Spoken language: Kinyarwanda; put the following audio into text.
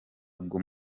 ubwo